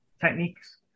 techniques